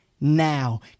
now